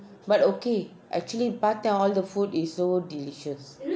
but okay actually பார்த்தேன்:parthaen all the food is so delicious